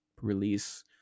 release